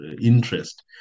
interest